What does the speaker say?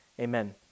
Amen